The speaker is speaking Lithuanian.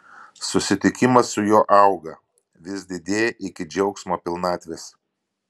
susitikimas su juo auga vis didėja iki džiaugsmo pilnatvės